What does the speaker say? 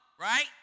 Right